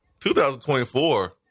2024